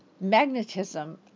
magnetism